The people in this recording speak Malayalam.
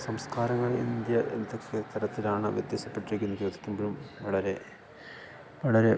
സംസ്കാരങ്ങൾ ഇന്ത്യ എന്തൊക്കെ തരത്തിലാണ് വ്യത്യാസപ്പെട്ടിരിക്കുന്നത് ചോദിക്കുമ്പോഴും വളരെ വളരെ